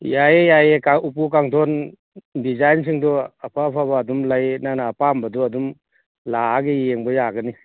ꯌꯥꯏꯌꯦ ꯌꯥꯏꯌꯦ ꯎꯄꯨ ꯀꯥꯡꯊꯣꯟ ꯗꯤꯖꯥꯏꯟꯁꯤꯡꯗꯨ ꯑꯐ ꯑꯐꯕ ꯑꯗꯨꯝ ꯂꯩ ꯅꯪꯅ ꯑꯄꯥꯝꯕꯗꯨ ꯑꯗꯨꯝ ꯂꯥꯛꯑꯒ ꯌꯦꯡꯕ ꯌꯥꯒꯅꯤ